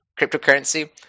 cryptocurrency